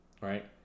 right